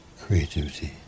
creativity